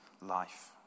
life